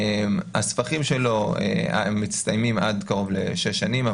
הספחים שלו מסתיימים עד קרוב ל-6 שנים.